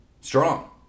strong